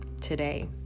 today